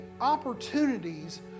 opportunities